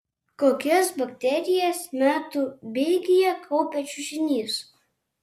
kokias bakterijas metų bėgyje kaupia čiužinys